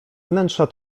wnętrza